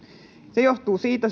se johtuu aikatauluista siitä